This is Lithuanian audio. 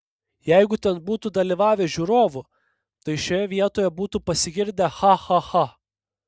jeigu ten būtų dalyvavę žiūrovų tai šioje vietoje būtų pasigirdę cha cha cha